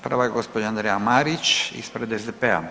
Prva je gospođa Andreja Marić ispred SDP-a.